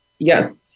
Yes